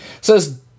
says